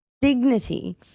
dignity